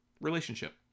relationship